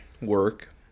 Work